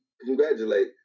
congratulate